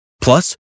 plus